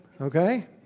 okay